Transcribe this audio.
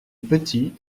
petit